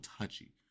touchy